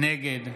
נגד